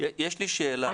יש לי שאלה.